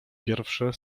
pierwsze